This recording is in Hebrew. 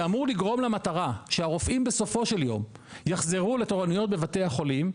שאמור לגרום למטרה שהרופאים בסופו של יום יחזרו לתורנויות בבתי החולים,